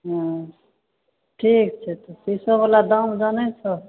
ओ ठीक छै तऽ शीशो बला दाम जानैत छहो